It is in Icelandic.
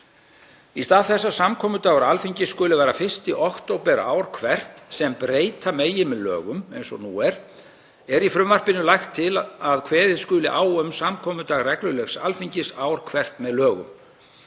Í stað þess að samkomudagur Alþingis skuli vera 1. október ár hvert, sem breyta megi með lögum eins og nú er, er í frumvarpinu lagt til að kveðið skuli á um samkomudag reglulegs Alþingis ár hvert með lögum